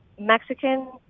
Mexican